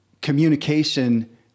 communication